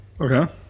Okay